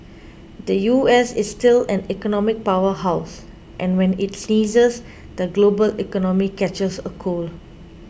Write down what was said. the U S is still an economic power house and when it sneezes the global economy catches a cold